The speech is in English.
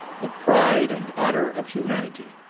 the pride and honour of humanity.